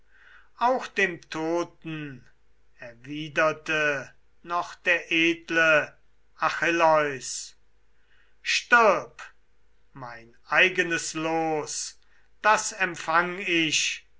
auch dem toten erwiderte noch der edle achilleus stirb mein eigenes los das empfang ich